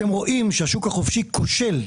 אתם רואים שהשוק החופשי כושל,